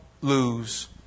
lose